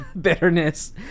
bitterness